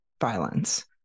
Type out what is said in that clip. violence